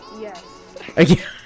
yes